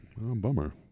Bummer